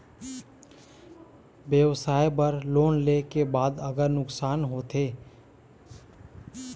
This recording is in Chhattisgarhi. व्यवसाय बर लोन ले के बाद अगर नुकसान होथे जाय के बाद ऋण राशि ला चुकाए के बारे म का नेम हे?